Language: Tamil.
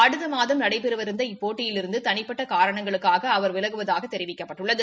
அடுத்த மாதம் நடைபெறவிருந்த இப்போட்டியிலிருந்து தனிப்பட்ட காரணங்களுக்காக அவர் விலகுவதாக தெரிவிக்கப்பட்டுள்ளது